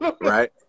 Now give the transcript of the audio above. right